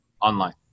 online